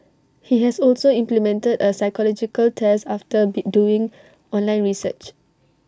he has also implemented A psychological test after doing online research